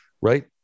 right